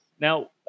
Now